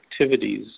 activities